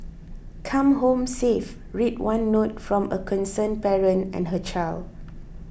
come home safe read one note from a concerned parent and her child